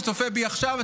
שצופה בי עכשיו,